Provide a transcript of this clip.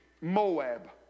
Moab